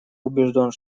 убежден